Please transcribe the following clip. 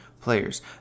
players